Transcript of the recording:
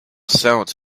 sounds